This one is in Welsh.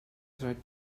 rhaid